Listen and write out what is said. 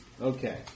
Okay